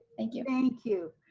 thank you. thank you.